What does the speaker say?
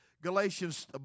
Galatians